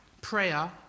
prayer